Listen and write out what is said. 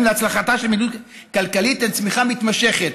להצלחתה של מדיניות כלכלית הם צמיחה מתמשכת,